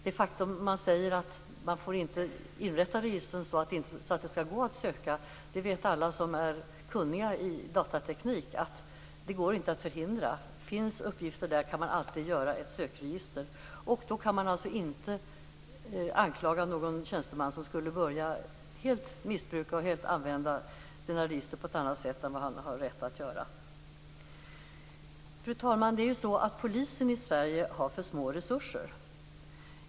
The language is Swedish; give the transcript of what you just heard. Det faktum att man säger att man inte får inrätta registren så att det skall gå att söka på ett sådant sätt vet alla som är kunniga i datateknik att det inte går att förhindra. Om uppgifter finns där kan man alltid göra ett sökregister. Då kan man inte anklaga någon tjänsteman som använder sina register på ett annat sätt än han har rätt att göra. Fru talman! Polisen i Sverige har för små resurser.